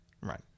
Right